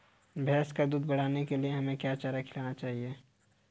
भैंस का दूध बढ़ाने के लिए हमें क्या चारा खिलाना चाहिए?